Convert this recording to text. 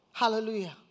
Hallelujah